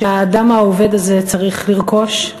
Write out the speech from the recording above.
שהאדם העובד הזה צריך לרכוש?